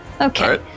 Okay